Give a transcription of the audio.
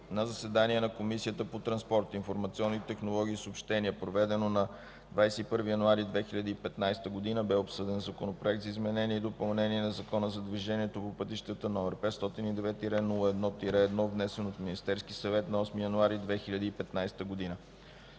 На заседание на Комисията по транспорт, информационни технологии и съобщения, проведено на 21 януари 2015 г., бе обсъден Законопроект за изменение и допълнение на Закона за движението по пътищата, № 502-01-1, внесен от Министерския съвет на 8 януари 2015 г.